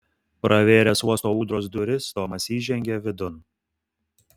pravėręs uosto ūdros duris tomas įžengė vidun